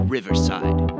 Riverside